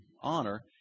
honor